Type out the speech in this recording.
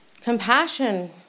compassion